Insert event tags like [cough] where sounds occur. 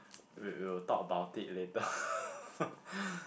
wait we will talk about it later [laughs]